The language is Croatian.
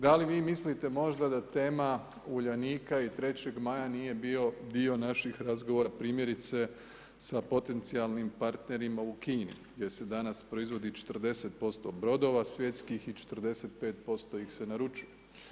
Da li vi mislite možda da tema Uljanika i 3. Maja nije bio dio naših razgovora primjerice sa potencijalnim partnerima u Kini gdje se danas proizvodi 40% brodova svjetskih i 45% ih se naručuje.